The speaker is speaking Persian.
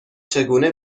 چگونه